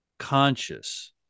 Conscious